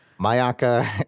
Mayaka